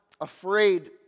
afraid